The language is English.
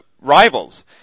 rivals